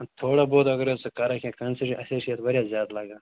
وۅں تھوڑا بہت اگر حظ ژٕ کَرٕکھ کیٚنٛہہ کَنٛسیشَن اَسہِ حظ چھِ یَتھ واریاہ زیادٕ لگان